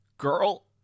girl